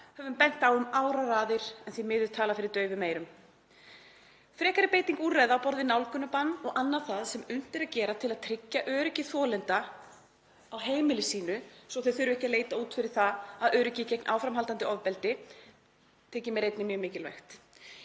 höfum bent á þetta um áraraðir en því miður talað fyrir daufum eyrum. Frekari beiting úrræða á borð við nálgunarbann og annað það sem unnt er að gera til að tryggja öryggi þolenda á heimili sínu svo þeir þurfi ekki að leita út fyrir það eftir öryggi gegn áframhaldandi ofbeldi, þykir mér einnig mjög mikilvægt.